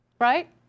Right